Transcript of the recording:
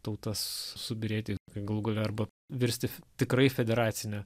tautas subyrėti galų gale arba virsti tikrai federacine